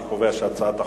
אני קובע שהצעת החוק,